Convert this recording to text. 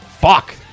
Fuck